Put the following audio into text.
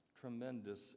tremendous